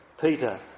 Peter